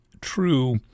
true